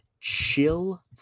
chill